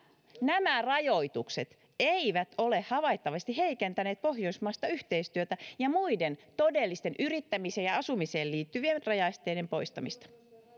nämä rajoitukset eivät ole havaittavasti heikentäneet pohjoismaista yhteistyötä ja muiden todellisten yrittämiseen ja asumiseen liittyvien rajaesteiden poistamista